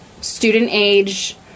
student-age